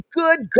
good